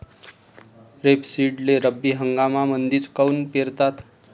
रेपसीडले रब्बी हंगामामंदीच काऊन पेरतात?